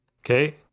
Okay